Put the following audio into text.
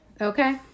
okay